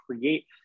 create